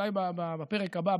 אולי בפרק הבא,